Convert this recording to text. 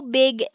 big